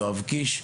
יואב קיש,